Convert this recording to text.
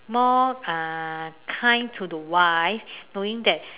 more uh kind to the wife knowing that